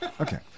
Okay